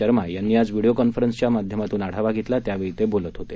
शर्मा यांनी आज व्हिडिओ कॉन्फरन्सच्या माध्यमातून आढावा गेतला त्यावेळी ते बोलत होते